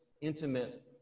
intimate